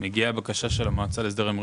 אחר הפעילות שלכם במלחמה בהתמכרויות